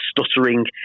stuttering